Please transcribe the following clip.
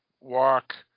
walk